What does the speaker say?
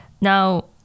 Now